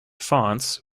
fonts